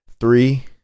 three